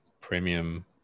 premium